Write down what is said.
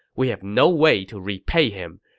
we have no way to repay him.